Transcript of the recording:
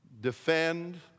Defend